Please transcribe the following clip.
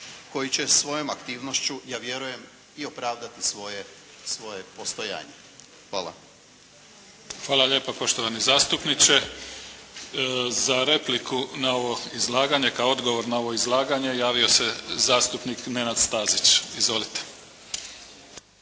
koji će svojom aktivnošću ja vjerujem i opravdati svoje postojanje. Hvala. **Mimica, Neven (SDP)** Hvala lijepa, poštovani zastupniče. Za repliku na ovo izlaganje, kao odgovor na ovo izlaganje javio se zastupnik Nenad Stazić. Izvolite.